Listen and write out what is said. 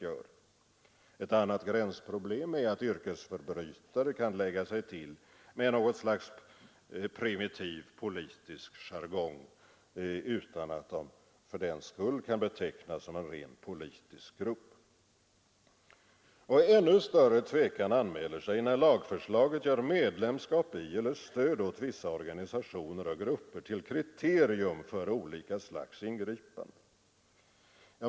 Ett annat gränsproblem är att yrkesförbrytare kan lägga sig till med något slags primitiv politisk jargong utan att de fördenskull kan betecknas som en rent politisk grupp. Ännu större tvekan anmäler sig när lagförslaget gör medlemskap i eller stöd åt vissa organisationer och grupper till kriterium för olika slags ingripanden.